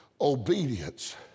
obedience